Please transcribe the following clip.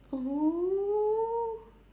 oh